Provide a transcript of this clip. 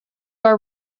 are